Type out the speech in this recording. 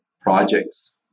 projects